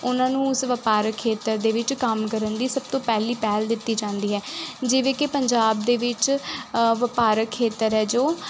ਉਹਨਾਂ ਨੂੰ ਉਸ ਵਪਾਰਕ ਖੇਤਰ ਦੇ ਵਿੱਚ ਕੰਮ ਕਰਨ ਦੀ ਸਭ ਤੋਂ ਪਹਿਲੀ ਪਹਿਲ ਦਿੱਤੀ ਜਾਂਦੀ ਹੈ ਜਿਵੇਂ ਕਿ ਪੰਜਾਬ ਦੇ ਵਿੱਚ ਵਪਾਰਕ ਖੇਤਰ ਹੈ ਜੋ